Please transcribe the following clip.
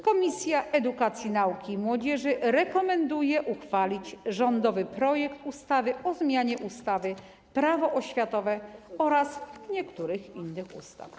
Komisja Edukacji, Nauki i Młodzieży rekomenduje, by uchwalić rządowy projekt ustawy o zmianie ustawy - Prawo oświatowe oraz niektórych innych ustaw.